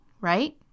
right